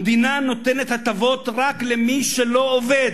המדינה נותנת הטבות רק למי שלא עובד.